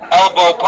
elbow